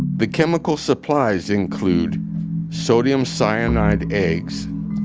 the chemical supplies include sodium cyanide eggs,